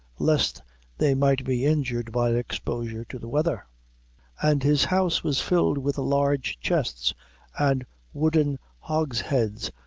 lest they might be injured by exposure to the weather and his house was filled with large chests and wooden hogsheads,